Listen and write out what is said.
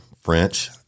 French